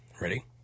ready